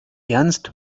ernst